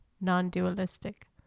non-dualistic